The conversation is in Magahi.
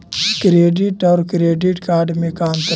डेबिट और क्रेडिट कार्ड में का अंतर हइ?